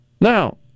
Now